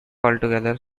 altogether